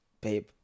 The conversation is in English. babe